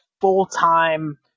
full-time